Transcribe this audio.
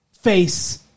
face